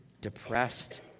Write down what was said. depressed